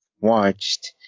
watched